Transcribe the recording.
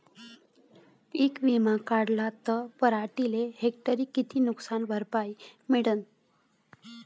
पीक विमा काढला त पराटीले हेक्टरी किती नुकसान भरपाई मिळीनं?